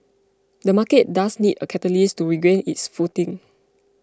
the market does need a catalyst to regain its footing